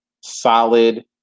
solid